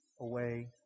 away